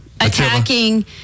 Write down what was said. attacking